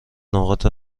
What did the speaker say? نقاط